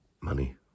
money